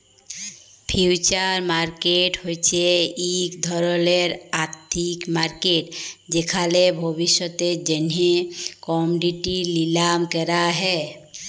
future market হছে ইক ধরলের আথ্থিক মার্কেট যেখালে ভবিষ্যতের জ্যনহে কমডিটি লিলাম ক্যরা হ্যয়